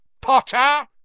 Potter